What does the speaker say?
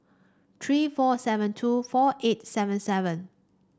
three four seven two four eight seven seven